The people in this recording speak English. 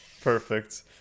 Perfect